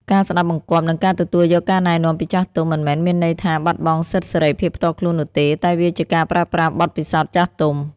ការស្ដាប់បង្គាប់ និងការទទួលយកការណែនាំពីចាស់ទុំ មិនមែនមានន័យថាបាត់បង់សិទ្ធិសេរីភាពផ្ទាល់ខ្លួននោះទេ តែវាជាការប្រើប្រាស់បទពិសោធន៍ចាស់ទុំ។